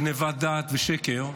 גנבת דעת ושקר,